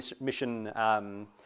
mission